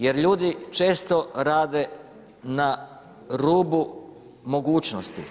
Jer ljudi često rade na rubu mogućnosti.